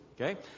Okay